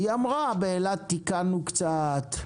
היא אמרה, באילת תיקנו קצת,